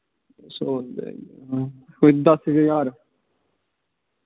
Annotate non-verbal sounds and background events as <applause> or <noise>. <unintelligible> कोई दस क ज्हार